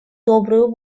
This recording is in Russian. добрую